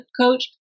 coach